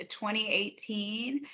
2018